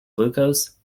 glucose